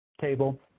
table